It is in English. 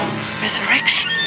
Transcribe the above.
Resurrection